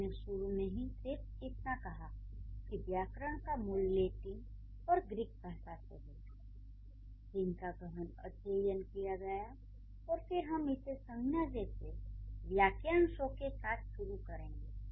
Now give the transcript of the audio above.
मैंने शुरू में सिर्फ इतना कहा कि व्याकरण का मूल लैटिन और ग्रीक भाषाओं से है जिनका गहन अध्ययन किया गया और फिर हम इसे संज्ञा जैसे वाक्यांशों के साथ शुरू करेंगे